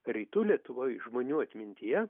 rytų lietuvoj žmonių atmintyje